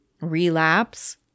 relapse